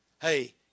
Hey